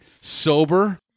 sober